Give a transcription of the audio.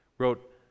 wrote